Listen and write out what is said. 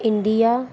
India